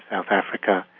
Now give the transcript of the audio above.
south africa,